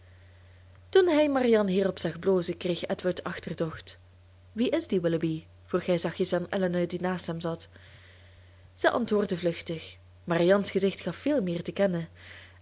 toen hij marianne hierop zag blozen kreeg edward achterdocht wie is die willoughby vroeg hij zachtjes aan elinor die naast hem zat zij antwoordde vluchtig marianne's gezicht gaf veel meer te kennen